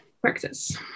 practice